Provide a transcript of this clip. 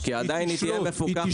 כי עדיין היא תהיה מפוקחת.